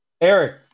Eric